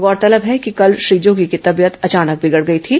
गौरतलब है कि कल श्री जोगी की तबीयत अचानक बिगड़ गई थी